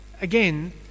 Again